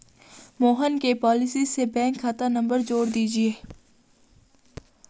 मोहन के पॉलिसी से बैंक खाता नंबर जोड़ दीजिए